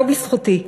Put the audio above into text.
לא בזכותי.